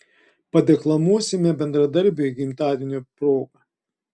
padeklamuosime bendradarbiui gimtadienio proga